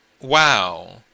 Wow